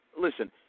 listen –